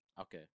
Okay